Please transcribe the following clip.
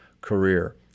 career